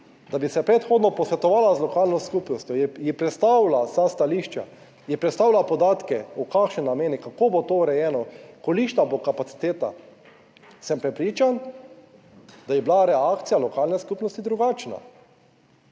da bi se predhodno posvetovala z lokalno skupnostjo, je predstavila vsa stališča, je predstavila podatke v kakšne namene, kako bo to urejeno, kolikšna bo kapaciteta, sem prepričan, da bi bila reakcija lokalne skupnosti drugačna,